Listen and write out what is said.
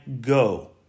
go